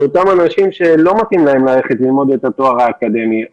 על אותם אנשים שלא מתאים להם ללמוד את התואר האקדמי.